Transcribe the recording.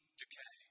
decay